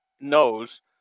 knows